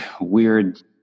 weird